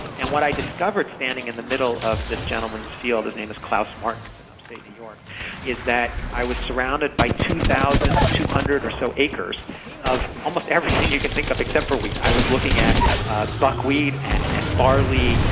and what i discovered standing in the middle of this gentleman's field his name is klaas martens in upstate upstate new york is that i was surrounded by two thousand two hundred so acres of almost everything you could think of, except for wheat. i was looking at buckwheat, and and barley,